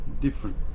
different